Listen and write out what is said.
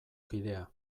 kidea